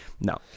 no